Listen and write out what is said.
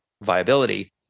viability